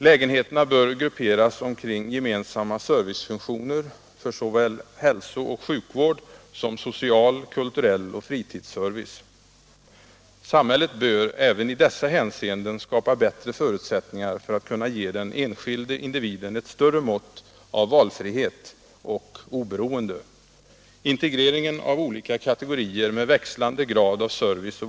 Lägenheterna bör grupperas omkring gemensamma servicefunktioner för såväl hälsooch sjukvård som social och kulturell service samt fritidsservice. Samhället bör även i dessa hänseenden skapa bättre förutsättningar för att kunna ge den enskilde individen ett större mått av valfrihet och oberoende.